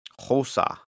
hosa